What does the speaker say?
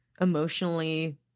emotionally